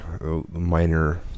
minor